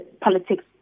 politics